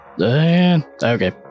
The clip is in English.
Okay